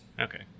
okay